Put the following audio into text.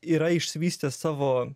yra išsivystęs savo